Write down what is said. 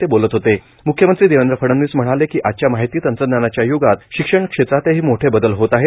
म्ख्यमंत्री देवेंद्र फडणवीस म्हणाले की आजच्या माहिती तंत्रजानाच्या य्गात शिक्षण क्षेत्रातही मोठे बदल होत आहेत